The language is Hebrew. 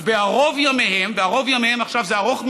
אז בערוב ימיהם, וערוב ימיהם עכשיו זה ארוך מאוד,